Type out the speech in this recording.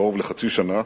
כבר קרוב לחצי שנה,